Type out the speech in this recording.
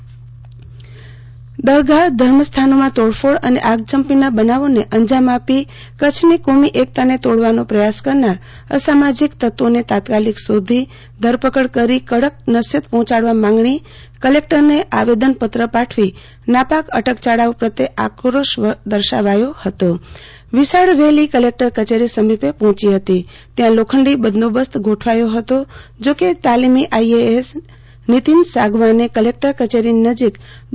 આરતી ભદ્દ ભુજ વિશાળ રેલી દરગાહો ધર્મસ્થાનોમાં તોડફોડ અને આગચંપીના બનાવોને અંજામ આપી કચ્છની કોમી એકતાને તોડવાનો પ્રથાસ કરનાર અસામાજિક તત્વોને તાત્કાલિક શોધી ધરપકડ કરી કડક નશ્યત પહોંચાડવા માંગણી કલેકટરને આવેદનપત્ર પાઠવી નાપાક અટકચાળાઓ પ્રત્યે આક્રોશ દર્શાવાયો વિશાળ રેલી કલેકટર કચેરી સમીપે પહોંચી હતી ત્યાં લોખંડી બંદોબસ્ત ગોઠવાયો હતો જો કે તાલીમી આઈએએસ નીતિન સાંગવાને કલેકટર કચેરીની નજીક ડો